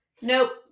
nope